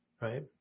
right